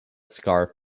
scarf